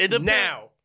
now